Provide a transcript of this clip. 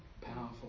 powerful